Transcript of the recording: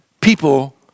people